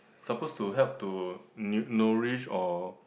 suppose to help to nu~ nourish or